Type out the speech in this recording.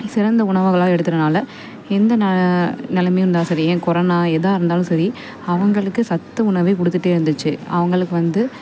சிறந்த உணவுகளாக எடுக்கிறனால எந்த ந நிலமையும் இருந்தால் சரி ஏன் கொரோனா எதாக இருந்தாலும் சரி அவங்களுக்கு சத்து உணவே கொடுத்துட்டே இருந்துச்சு அவங்களுக்கு வந்து